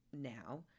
now